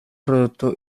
prodotto